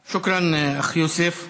שוכרן, אחי יוסף,